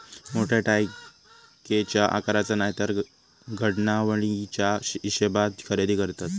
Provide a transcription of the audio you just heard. मोठ्या टाकयेच्या आकाराचा नायतर घडणावळीच्या हिशेबात खरेदी करतत